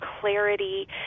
clarity